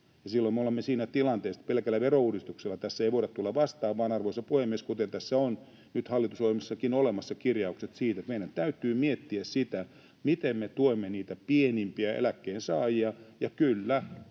Silloin me olemme siinä tilanteessa, että pelkällä verouudistuksella tässä ei voida tulla vastaan, vaan, arvoisa puhemies, kuten tässä on nyt hallitusohjelmassakin olemassa kirjaukset, meidän täytyy miettiä, miten me tuemme niitä pienimpiä eläkkeensaajia ja — kyllä